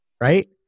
right